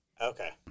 Okay